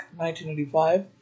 1985